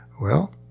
well,